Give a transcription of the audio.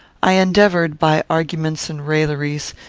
i endeavoured, by arguments and railleries,